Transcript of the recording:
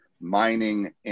mining